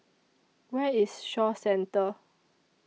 Where IS Shaw Centre